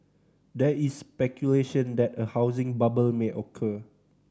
there is speculation that a housing bubble may occur